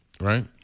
Right